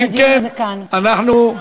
אם כן, אנחנו,